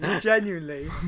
genuinely